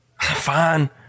Fine